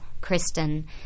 kristen